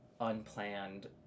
unplanned